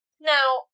Now